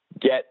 get